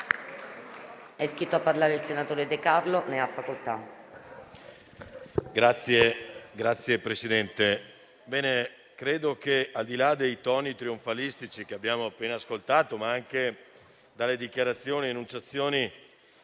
Signor Presidente, al di là dei toni trionfalistici che abbiamo appena ascoltato e delle dichiarazioni ed enunciazioni